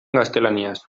gaztelaniaz